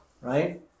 right